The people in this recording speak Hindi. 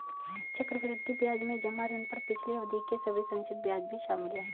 चक्रवृद्धि ब्याज में जमा ऋण पर पिछली अवधि के सभी संचित ब्याज भी शामिल हैं